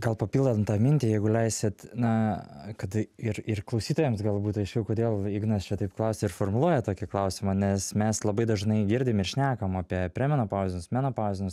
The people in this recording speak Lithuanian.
gal papildant tą mintį jeigu leisit na kad ir ir klausytojams gal būtų aiškiau kodėl ignas čia taip klausia ir formuluoja tokį klausimą nes mes labai dažnai girdim ir šnekam apie premenopauzinius menopauzinius